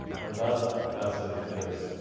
and that message is,